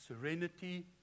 serenity